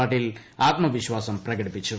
പാട്ടീൽ ആത്മവിശ്രൂർസ്ം പ്രകടിപ്പിച്ചു